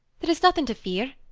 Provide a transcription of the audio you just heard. there is nothing to fear.